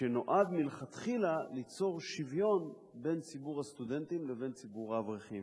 שנועד מלכתחילה ליצור שוויון בין ציבור הסטודנטים לבין ציבור האברכים.